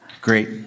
Great